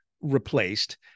replaced